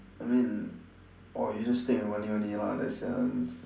I mean orh you just stay in one year only lah less than